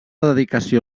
dedicació